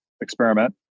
experiment